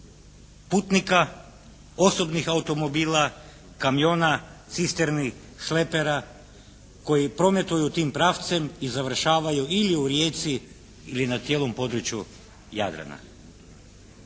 putnika, osobnih automobila, kamiona, cisterni, šlepera koji prometuju tim pravcem i završavaju ili u Rijeci ili na cijelom području Jadrana